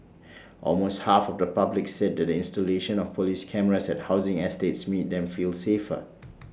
almost half of the public said the installation of Police cameras at housing estates made them feel safer